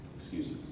Excuses